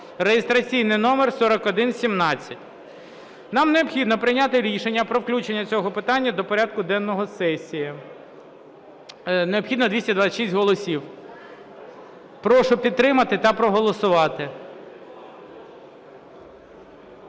(реєстраційний номер 4117). Нам необхідно прийняти рішення про включення цього питання до порядку денного сесії. Необхідно 226 голосів. Прошу підтримати та проголосувати.